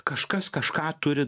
kažkas kažką turi